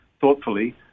thoughtfully